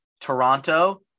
Toronto